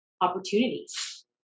opportunities